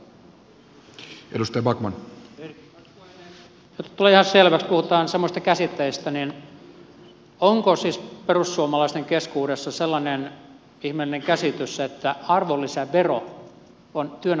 jotta tulee ihan selväksi että puhutaan samoista käsitteistä niin onko siis perussuomalaisten keskuudessa sellainen ihmeellinen käsitys että arvonlisävero on työnantajan sivukulu